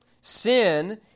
Sin